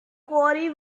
quarry